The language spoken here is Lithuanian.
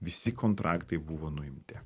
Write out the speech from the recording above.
visi kontraktai buvo nuimti